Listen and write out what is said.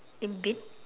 it bit